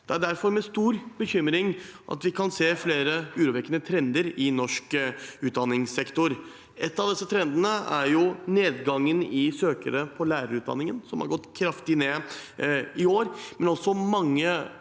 Det er derfor med stor bekymring vi kan se flere urovekkende trender i norsk utdanningssektor. En av disse trendene er at antallet søkere til lærerutdanningen har gått kraftig ned i år, men også mange